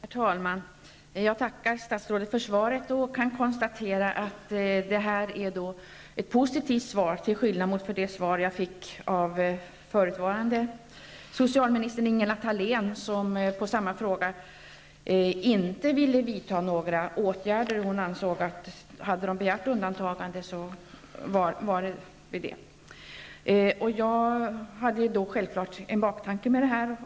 Herr talman! Jag tackar statsrådet för svaret. Jag kan konstatera att det är positivt till skillnad från det svar som jag fick av förutvarande socialministern Ingela Thalén, som inte ville vidta några åtgärder. Hon ansåg att hade man begärt undantagande var det inte mer med det. Jag hade självklart en baktanke med min fråga.